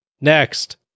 Next